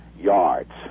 yards